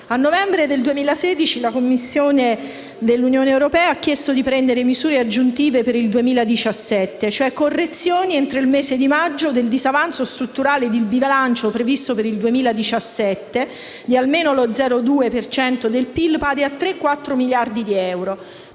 A novembre del 2016 la Commissione dell'Unione europea ha chiesto di assumere misure aggiuntive per il 2017, e cioè di prevedere una correzione, entro il mese di maggio, del disavanzo strutturale di bilancio previsto per il 2017, di almeno lo 0,2 per cento del PIL, pari a circa 3,4 miliardi di euro.